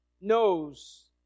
knows